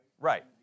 Right